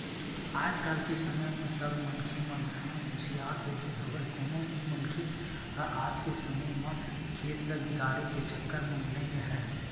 आज के समे म सब मनखे मन ह हुसियार होगे हवय कोनो भी मनखे ह आज के समे म खेत ल बिगाड़े के चक्कर म नइ राहय